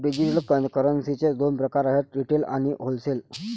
digital करन्सीचे दोन प्रकार आहेत रिटेल आणि होलसेल